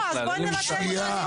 אין לי מושג.